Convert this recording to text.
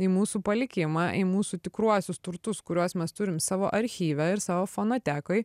į mūsų palikimą į mūsų tikruosius turtus kuriuos mes turim savo archyve ir savo fonotekoj